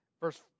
Verse